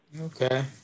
Okay